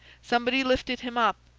somebody lifted him up,